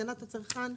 הגנת הצרכן.